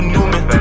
Newman